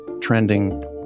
trending